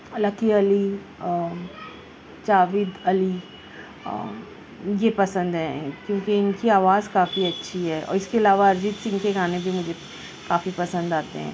لکی علی اور جاوید علی یہ پسند ہیں کیونکہ ان کی آواز کافی اچھی ہے اور اس کے علاوہ ارجیت سنگھ کے گانے بھی مجھے کافی پسند آتے ہیں